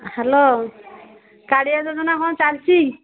hello Kalia ଯୋଜନା କ'ଣ ଚାଲିଛି